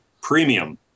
premium